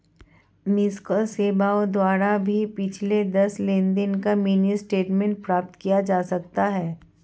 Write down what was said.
miss call सेवाओं द्वारा भी पिछले दस लेनदेन का मिनी स्टेटमेंट प्राप्त किया जा सकता है